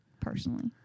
personally